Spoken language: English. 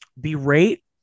berate